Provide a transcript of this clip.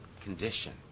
condition